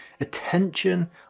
Attention